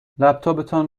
لپتاپتان